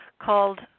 called